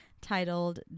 titled